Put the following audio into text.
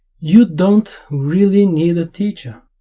you don't really need a teacher,